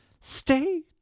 stay